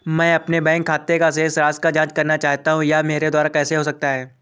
मैं अपने बैंक खाते की शेष राशि की जाँच करना चाहता हूँ यह मेरे द्वारा कैसे हो सकता है?